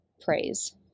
praise